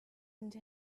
into